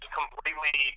completely